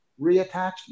reattachment